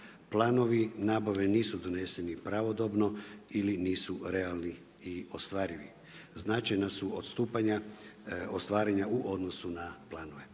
Planovi nabave nisu doneseni pravodobno ili nisu realni i ostvarivi. Značajna su odstupanja, ostvarenja u odnosu na planove.